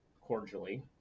cordially